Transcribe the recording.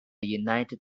united